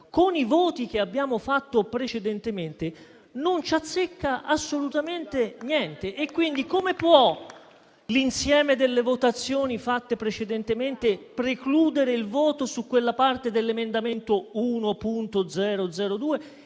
con i voti che abbiamo fatto precedentemente non ci azzecca assolutamente niente. Quindi come può l'insieme delle votazioni fatte precedentemente precludere il voto su quella parte dell'emendamento 1.1002?